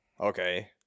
okay